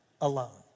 alone